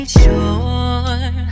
sure